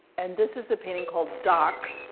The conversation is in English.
and this is a painting called doc.